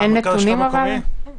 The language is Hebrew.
לא